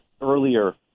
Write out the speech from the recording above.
earlier